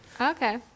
Okay